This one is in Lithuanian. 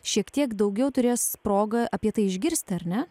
šiek tiek daugiau turės progą apie tai išgirsti ar ne